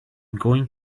going